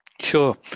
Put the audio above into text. Sure